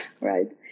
right